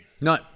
No